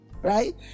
right